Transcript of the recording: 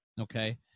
Okay